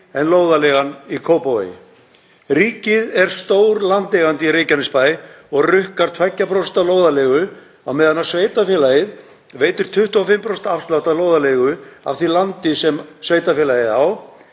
en lóðarleigan í Kópavogi. Ríkið er stór landeigandi í Reykjanesbæ og rukkar 2% lóðarleigu á meðan sveitarfélagið veitir 25% afslátt af lóðarleigu af því landi sem sveitarfélagið á.